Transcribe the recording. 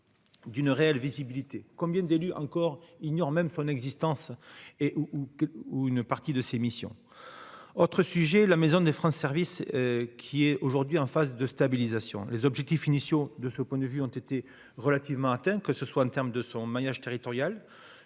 d'une réelle visibilité combien d'élus encore ignore même son existence et ou ou ou une partie de ses missions, autre sujet, la maison des freins service qui est aujourd'hui en phase de stabilisation, les objectifs initiaux de ce point de vue ont été relativement atteint, que ce soit en termes de son maillage territorial,